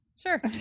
sure